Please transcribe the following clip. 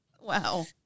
Wow